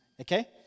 okay